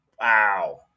Wow